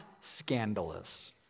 scandalous